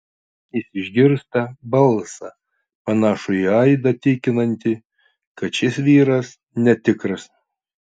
jis išgirsta balsą panašų į aidą tikinantį kad šis vyras netikras